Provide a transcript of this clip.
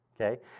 okay